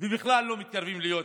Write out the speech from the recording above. ובכלל לא מתקרבים להיות ימין.